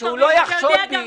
אבל שהוא לא יחשוד בי.